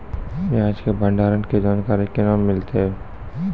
प्याज के भंडारण के जानकारी केना मिलतै?